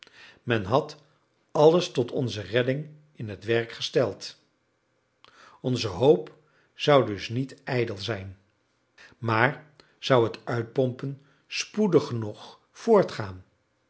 men had alles tot onze redding in het werk gesteld onze hoop zou dus niet ijdel zijn maar zou het uitpompen spoedig genoeg voortgaan